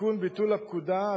(ביטול הפקודה),